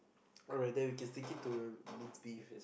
alright then we can stick it to the minced beef